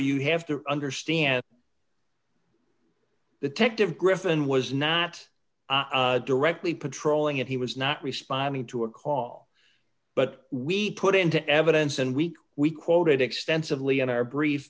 you have to understand the tech to griffon was not directly patrolling it he was not responding to a call but we put into evidence and week we quoted extensively in our brief